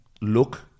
Look